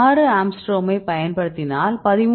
6 ஆங்ஸ்ட்ரோமைப் பயன்படுத்தினால் 13